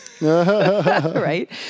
right